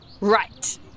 Right